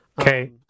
Okay